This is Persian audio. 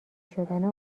شدن